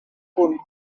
punt